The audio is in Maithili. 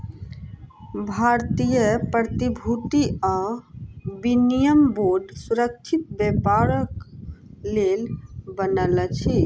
भारतीय प्रतिभूति आ विनिमय बोर्ड सुरक्षित व्यापारक लेल बनल अछि